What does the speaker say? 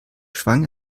schwang